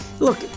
Look